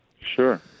Sure